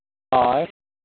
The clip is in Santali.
ᱦᱳᱭ